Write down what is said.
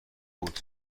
بود